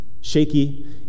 shaky